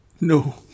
No